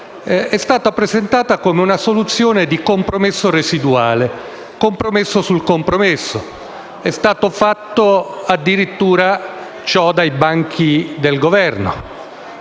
è stata presentata come una soluzione di compromesso residuale, di compromesso sul compromesso, e ciò è stato fatto addirittura dai banchi del Governo.